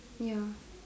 ya